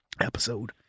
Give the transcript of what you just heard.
episode